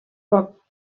poc